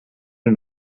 and